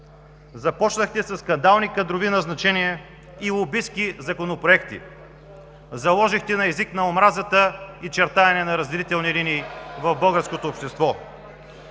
Започнахте със скандални кадрови назначения и лобистки законопроекти. Заложихте на езика на омразата и чертаене на разделителни линии в българското общество.